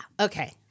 Okay